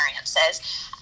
experiences